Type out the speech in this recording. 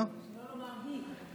שלא לומר היא,